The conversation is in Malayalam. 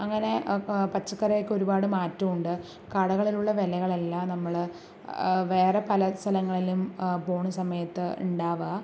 അങ്ങനെ പച്ചക്കറിയൊക്കെ ഒരുപാട് മാറ്റമുണ്ട് കടകളിലുള്ള വിലകളല്ല നമ്മൾ വേറെ പല സ്ഥലങ്ങളിലും പോണ സമയത്ത് ഉണ്ടാവാ